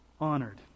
honored